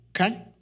Okay